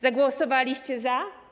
Zagłosowaliście za?